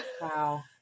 wow